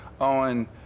on